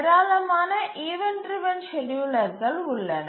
ஏராளமான event driven ஸ்கேட்யூலர்கள் உள்ளன